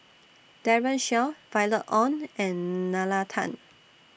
Daren Shiau Violet Oon and Nalla Tan